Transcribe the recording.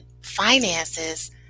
finances